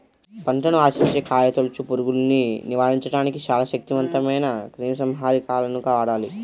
పంటను ఆశించే కాయతొలుచు పురుగుల్ని నివారించడానికి చాలా శక్తివంతమైన క్రిమిసంహారకాలను వాడాలి